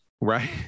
right